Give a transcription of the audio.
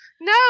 no